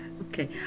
okay